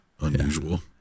unusual